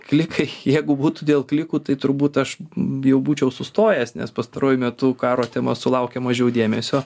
klikai jeigu būtų dėl klikų tai turbūt aš jau būčiau sustojęs nes pastaruoju metu karo tema sulaukia mažiau dėmesio